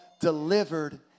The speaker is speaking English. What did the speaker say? delivered